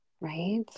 Right